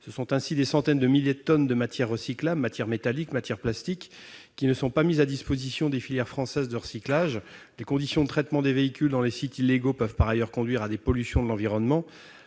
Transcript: Ce sont ainsi des centaines de milliers de tonnes de matières recyclables- métalliques ou plastiques -qui ne sont pas mises à disposition des filières françaises de recyclage. Les conditions de traitement des véhicules dans les sites illégaux peuvent par ailleurs conduire à des pollutions de l'environnement-